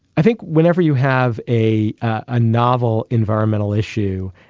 i think whenever you have a ah novel environmental issue,